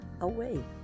away